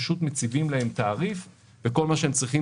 פשוט מציבים להם תעריף וכל מה שהם צריכים